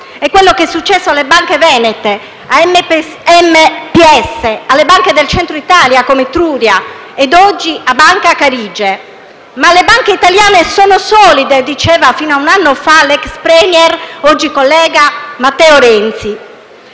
È quello che è successo alle banche venete, a MPS, alle barche del Centro Italia, come Banca Etruria, e oggi a Banca Carige. Ma «le banche italiane sono solide», diceva fino a un anno fa l'ex *Premier*, oggi collega, Matteo Renzi.